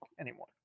anymore